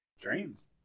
Dreams